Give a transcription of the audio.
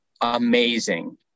amazing